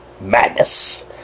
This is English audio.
madness